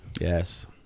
Yes